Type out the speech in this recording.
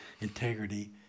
integrity